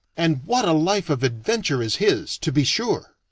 and what a life of adventure is his, to be sure!